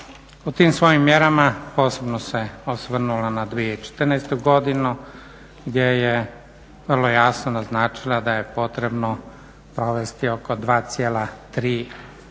U tim svojim mjerama posebno se osvrnula na 2014. godinu gdje je vrlo jasno naznačila da je potrebno provesti oko 2,3%